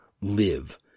live